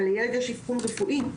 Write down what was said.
אבל לילד יש אבחון רפואי,